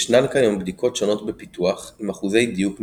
ישנן כיום בדיקות שונות בפיתוח עם אחוזי דיוק משתנים.